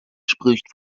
spricht